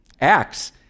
Acts